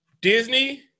Disney